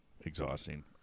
Exhausting